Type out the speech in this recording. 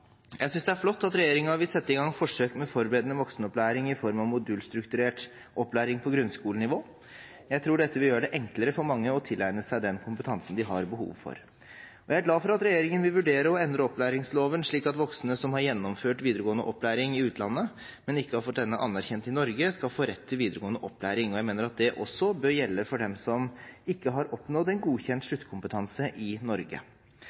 Jeg synes det er flott at regjeringen vil sette i gang forsøk med forberedende voksenopplæring i form av modulstrukturert opplæring på grunnskolenivå. Jeg tror dette vil gjøre det enklere for mange å tilegne seg den kompetansen de har behov for. Jeg er glad for at regjeringen vil vurdere å endre opplæringsloven slik at voksne som har gjennomført videregående opplæring i utlandet, men ikke fått denne anerkjent i Norge, skal få rett til videregående opplæring. Jeg mener at det også bør gjelde for dem som ikke har oppnådd en godkjent sluttkompetanse i Norge.